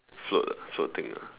float ah float thing ah